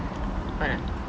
what ah